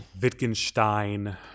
Wittgenstein